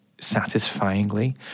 satisfyingly